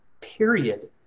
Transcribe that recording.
period